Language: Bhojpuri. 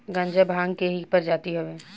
गांजा भांग के ही प्रजाति हवे